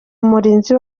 umurinzi